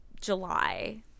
July